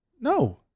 No